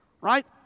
right